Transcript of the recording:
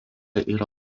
yra